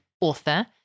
author